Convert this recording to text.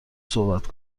صحبت